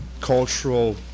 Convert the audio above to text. cultural